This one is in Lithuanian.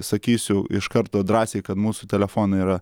sakysiu iš karto drąsiai kad mūsų telefonai yra